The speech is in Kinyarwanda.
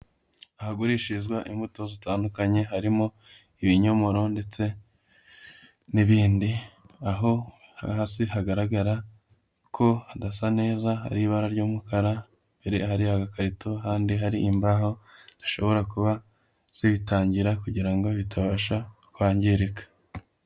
Ahagurishirizwa imbuto zitandukanye, harimo ibinyomoro ndetse n'ibindi, aho hasi hagaragara ko hadasa neza, hari ibara ry'umukara. Hari hari agakarito, ahandi hari imbaho zishobora kuba zibitangira, kugira ngo bitabasha kwangirika.